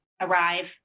arrive